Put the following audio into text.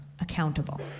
accountable